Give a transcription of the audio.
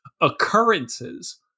occurrences